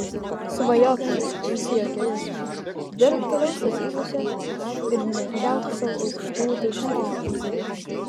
svajoklis nusijuokia jis dirbk toliau statybose ir nekelk sau aukštų tikslų